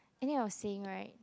anyway I was saying right